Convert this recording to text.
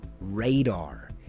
radar